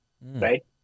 right